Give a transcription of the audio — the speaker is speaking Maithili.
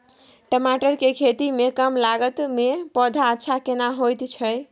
टमाटर के खेती में कम लागत में पौधा अच्छा केना होयत छै?